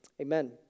Amen